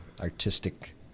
artistic